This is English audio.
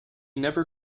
never